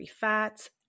fats